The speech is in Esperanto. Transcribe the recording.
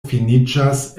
finiĝas